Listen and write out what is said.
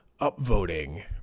upvoting